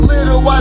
Little